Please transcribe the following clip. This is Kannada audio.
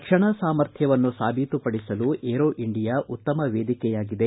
ರಕ್ಷಣಾ ಸಾಮರ್ಥ್ಯವನ್ನು ಸಾಬೀತುಪಡಿಸಲು ಏರೋ ಇಂಡಿಯಾ ಉತ್ತಮ ವೇದಿಕೆಯಾಗಿದೆ